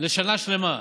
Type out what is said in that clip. לשנה שלמה.